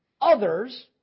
others